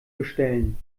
bestellen